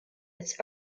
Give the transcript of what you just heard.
its